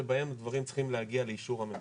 שבהם צריך להגיע לאישור הממשלה.